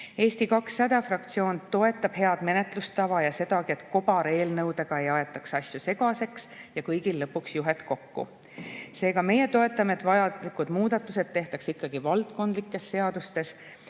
Eesti 200 fraktsioon toetab head menetlustava ja sedagi, et kobareelnõudega ei aetaks asju segaseks ja kõigil lõpuks juhet kokku. Seega, meie toetame, et vajalikud muudatused tehakse ikkagi valdkondlikes seadustes.